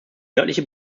nördliche